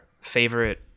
favorite